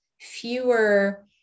fewer